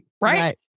Right